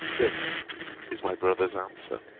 this is my brother's answer.